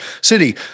city